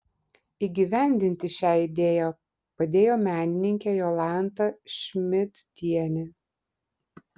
įgyvendinti šią idėją padėjo menininkė jolanta šmidtienė